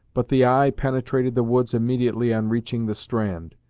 but the eye penetrated the woods immediately on reaching the strand,